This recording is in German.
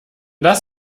das